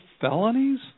felonies